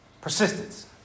Persistence